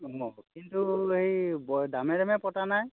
অ কিন্তু সেই ব দামে দামে পতা নাই